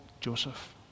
Joseph